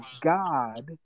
God